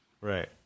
Right